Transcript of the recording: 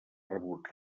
rebut